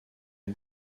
est